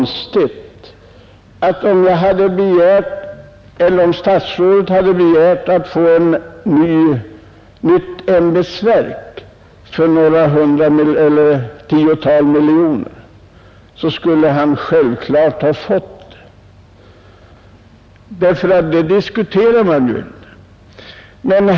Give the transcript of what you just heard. Om statsrådet hade begärt att få ett nytt ämbetsverk för några tiotal miljoner kronor hade han utan vidare fått det — sådant diskuterar man ju inte.